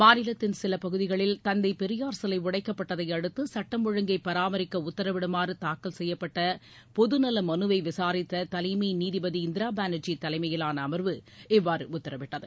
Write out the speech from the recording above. மாநிலத்தின் உடைக்கப்பட்டதை அடுத்து சட்டம் ஒழுங்கை பராமரிக்க உத்தரவிடுமாறு தாக்கல் செய்யப்பட்ட பொதுநல மனுவை விசாரித்த தலைமை நீதிபதி இந்திரா பானர்ஜி தலைமையிலான அமர்வு இவ்வாறு உத்தரவிட்டது